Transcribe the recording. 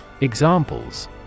Examples